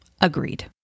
Agreed